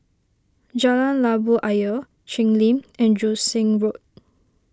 Jalan Labu Ayer Cheng Lim and Joo Seng Road